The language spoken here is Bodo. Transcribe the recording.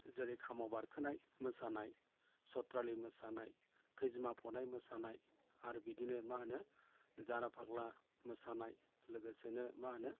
जेरै खामाव बारखोनाय मोसानाय सथ्रालि मोसानाय खैजिमा फनाय मोसानाय आरो बिदिनो मा होनो जाराफाग्ला मोसानाय लोगोसेनो मा होनो